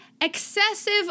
excessive